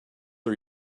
are